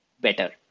better